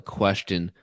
question